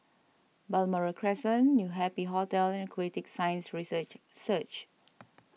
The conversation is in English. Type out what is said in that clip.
Balmoral Crescent New Happy Hotel and Aquatic Science Research Centre